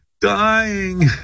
dying